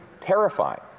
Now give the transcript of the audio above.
terrifying